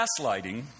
Gaslighting